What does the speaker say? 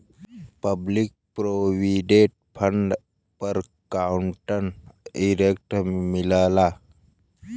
public provident fund पर compound interest मिलला